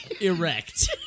erect